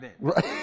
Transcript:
right